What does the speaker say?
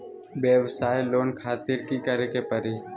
वयवसाय लोन खातिर की करे परी?